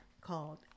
called